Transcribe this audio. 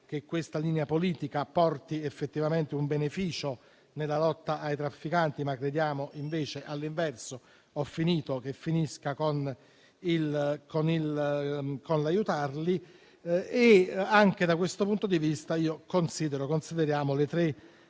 che questa linea politica porti effettivamente un beneficio nella lotta ai trafficanti, ma crediamo invece, all'inverso, che finisca con l'aiutarli. Anche da questo punto di vista consideriamo le tre